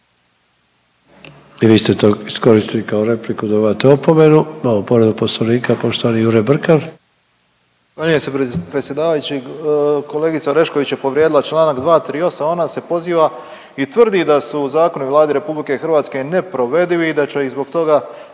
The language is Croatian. I vi ste to iskoristili kao repliku, dobivate opomenu. Imamo povredu Poslovnika, poštovani Jure Brkan.